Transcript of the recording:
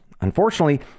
Unfortunately